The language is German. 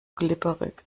glibberig